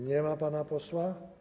Nie ma pana posła?